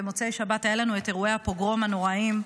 במוצאי שבת היו לנו את אירועי הפוגרום הנוראים בהולנד,